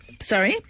sorry